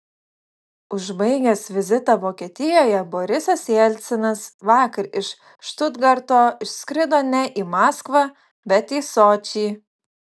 užbaigęs vizitą vokietijoje borisas jelcinas vakar iš štutgarto išskrido ne į maskvą bet į sočį